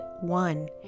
one